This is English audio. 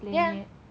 ya